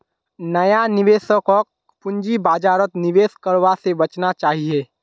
नया निवेशकक पूंजी बाजारत निवेश करवा स बचना चाहिए